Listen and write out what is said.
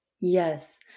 Yes